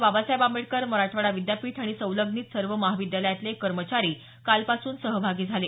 बाबासाहेब आंबेडकर मराठवाडा विद्यापीठ आणि संलग्नित सर्व महाविद्यालयातले कर्मचारी कालपासून सहभागी झाले